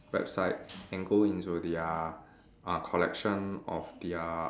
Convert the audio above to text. website and go into their uh collection of their